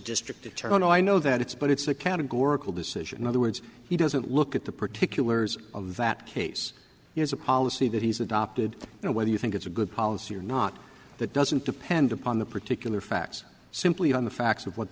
district attorney i know that it's but it's a categorical decision in other words he doesn't look at the particulars of that case he has a policy that he's adopted and whether you think it's a good policy or not that doesn't depend upon the particular facts simply on the facts of what